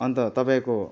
अन्त तपाईँको